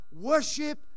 worship